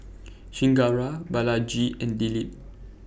Chengara Balaji and Dilip